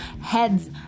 heads